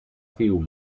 θείου